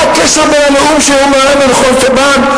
מה הקשר בין הנאום שהוא נאם במכון סבן,